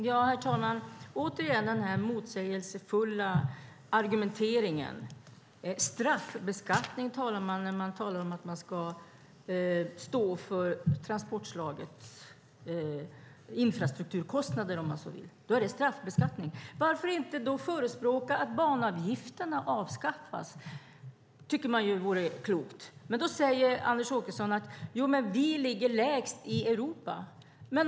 Herr talman! Återigen hör vi den här motsägelsefulla argumenteringen. Straffbeskattning talar man om när det gäller att stå för transportslagets infrastrukturkostnader. Då är det straffbeskattning. Varför inte förespråka att banavgifterna avskaffas? Det tycker man ju vore klokt. Men då säger Anders Åkesson att vi ligger lägst i Europa.